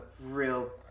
real